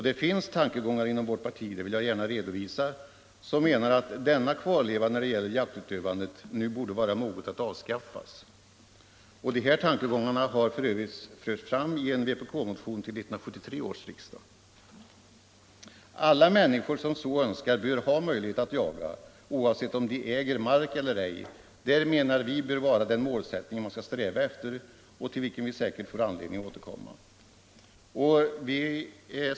Det finns tankegångar inom vårt parti — det vill jag gärna redovisa — som innebär att denna kvarleva när det gäller jaktutövandet nu borde vara mogen att avskaffas. Dessa tankegångar har f.ö. förts fram i en vpk-motion till 1973 års riksdag. Alla människor som så önskar bör ha möjlighet att jaga, oavsett om de äger mark eller ej — det menar vi bör vara den målsättning man skall sträva efter, och vi får säkert anledning att återkomma till den.